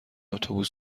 اتوبوس